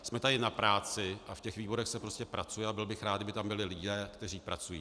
Jsme tady na práci a v těch výborech se prostě pracuje a byl bych rád, kdyby tam byli lidé, kteří pracují.